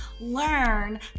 learn